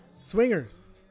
Swingers